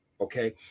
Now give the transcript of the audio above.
Okay